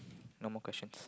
no more questions